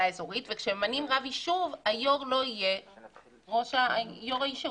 האזורית וכשממנים רב יישוב היו"ר לא יהיה יו"ר היישוב.